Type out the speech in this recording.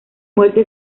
muerte